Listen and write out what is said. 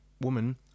woman